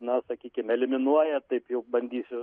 na sakykim eliminuoja taip jau bandysiu